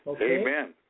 Amen